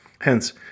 Hence